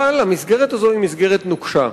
המסגרת הזאת היא מסגרת נוקשה.